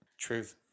Truth